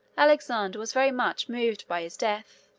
alexander was very much moved by his death.